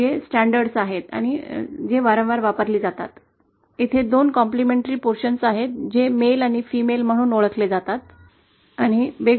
हे फैलाव आकृती म्हणून ओळखले जाते